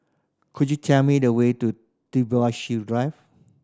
could you tell me the way to Drive